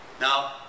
Now